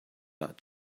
that